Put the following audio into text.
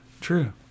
True